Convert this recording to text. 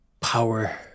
power